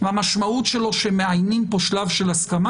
המשמעות שלו שמאיינים פה שלב של הסכמה?